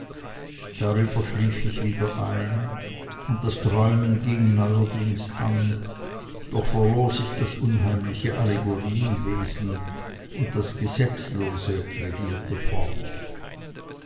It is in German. darüber schlief ich wieder ein und das träumen ging neuerdings an doch verlor sich das unheimliche allegorienwesen und das gesetzlose regierte fort